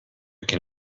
can